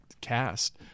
cast